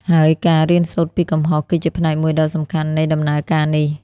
ហើយការ រៀនសូត្រពីកំហុស គឺជាផ្នែកមួយដ៏សំខាន់នៃដំណើរការនេះ។